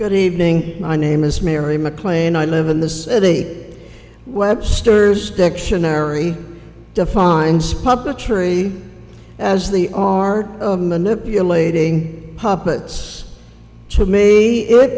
good evening my name is mary maclean i live in the city webster's dictionary defines puppetry as the art of manipulating puppets so maybe it